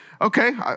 okay